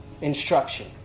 instruction